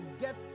get